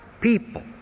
people